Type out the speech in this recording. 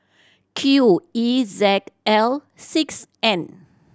Q E Z L six N